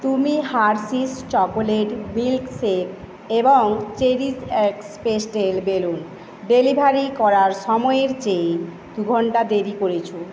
তুমি Hershey's chocolate milk shake এবং CherishX pastel balloon delivery করার সময়ের চেয়ে দু ঘন্টা দেরী করেছো